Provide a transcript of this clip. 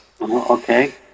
Okay